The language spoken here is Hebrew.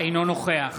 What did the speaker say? אינו נוכח